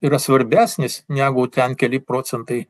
yra svarbesnis negu ten keli procentai